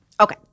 Okay